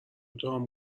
تام